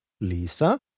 Lisa